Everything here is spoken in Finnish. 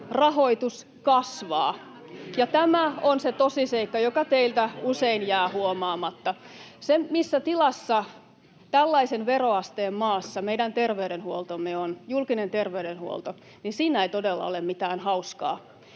Rahoitus kasvaa, ja tämä on se tosiseikka, joka teiltä usein jää huomaamatta. Siinä, missä tilassa tällaisen veroasteen maassa meidän julkinen terveydenhuoltomme on, ei todella ole mitään hauskaa.